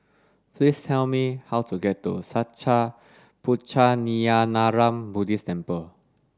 please tell me how to get to Sattha Puchaniyaram Buddhist Temple